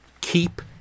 Keep